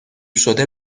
شده